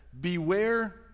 beware